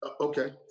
Okay